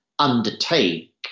undertake